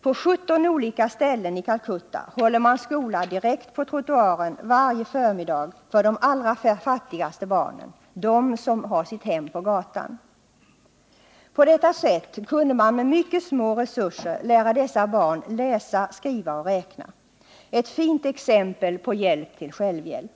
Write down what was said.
På 17 olika ställen i Calcutta håller man skola direkt på trottoaren varje förmiddag för de allra fattigaste barnen, de som har sitt hem på gatan. På detta sätt kunde man med mycket små resurser lära dessa barn läsa, skriva och räkna — ett fint exempel på hjälp till självhjälp.